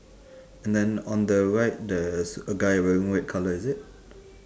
and then on the right there's a guy wearing red colour is it